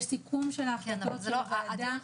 יש סיכום החלטות הוועדה.